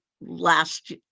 last